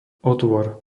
otvor